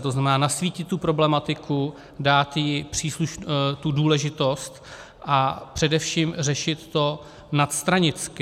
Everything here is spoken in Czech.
To znamená nasvítit tu problematiku, dát jí tu důležitost a především řešit to nadstranicky.